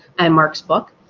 and marc's book.